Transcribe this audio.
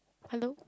hello